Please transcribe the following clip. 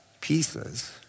pieces